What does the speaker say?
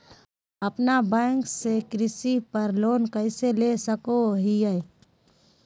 अपना बैंक से कृषि पर लोन कैसे ले सकअ हियई?